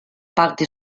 parte